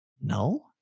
no